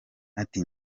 ati